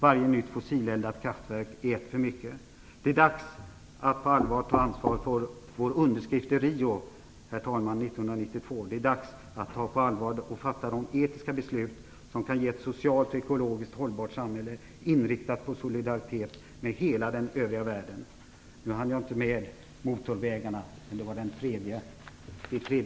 Varje nytt fossileldat kraftverk är ett för mycket. Det är dags att på allvar ta ansvar för vår underskrift i Rio 1992, herr talman. Det är dags att fatta de etiska beslut som kan ge ett socialt och ekologiskt hållbart samhälle, inriktat på solidaritet med hela den övriga världen. Nu hann jag inte med att tala om motorvägarna, men de var det tredje hotet.